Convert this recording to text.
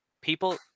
people